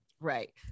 Right